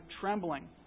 trembling